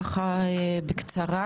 בנוגע לשינוי שיטת ההעסקה.